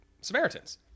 Samaritans